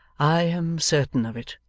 i am certain of it.